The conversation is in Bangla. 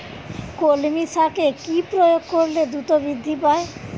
কলমি শাকে কি প্রয়োগ করলে দ্রুত বৃদ্ধি পায়?